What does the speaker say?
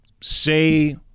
say